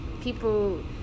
people